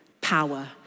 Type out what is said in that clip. power